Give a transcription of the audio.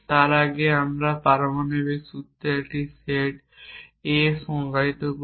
তার আগে আমরা পারমাণবিক সূত্রের একটি সেট A সংজ্ঞায়িত করি